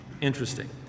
Interesting